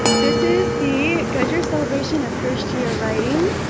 this is the gudger celebration of first year writing